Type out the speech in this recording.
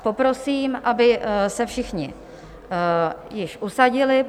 Poprosím, aby se všichni již usadili.